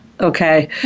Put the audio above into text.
Okay